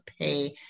pay